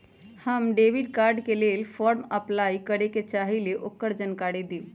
हम debit card के लेल फॉर्म अपलाई करे के चाहीं ल ओकर जानकारी दीउ?